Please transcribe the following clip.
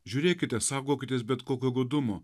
žiūrėkite saugokitės bet kokio godumo